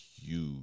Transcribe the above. huge